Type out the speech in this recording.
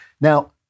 Now